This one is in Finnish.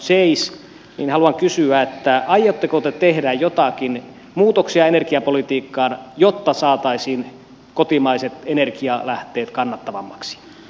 siksi haluan kysyä aiotteko te tehdä joitakin muutoksia energiapolitiikkaan jotta saataisiin kotimaiset energialähteet kannattavammiksi